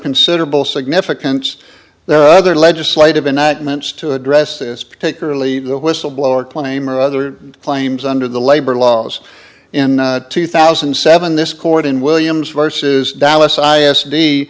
considerable significance though other legislative and not meant to address this particularly the whistleblower claim or other claims under the labor laws in two thousand and seven this court in williams versus dallas i